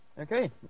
okay